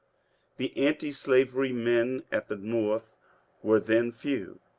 the anti slavery men at the north were then few,